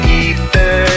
ether